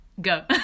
go